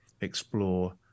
explore